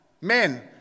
Men